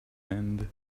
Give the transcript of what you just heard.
end